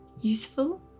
useful